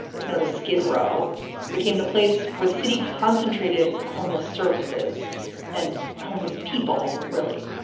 it's known as skid row became the place where the city concentrated homeless services and homeless people. really?